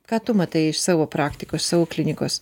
ką tu matai iš savo praktikos savo klinikos